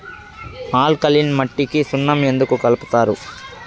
alkaline మట్టికి సున్నం ఎందుకు కలుపుతారు